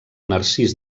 narcís